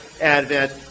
advent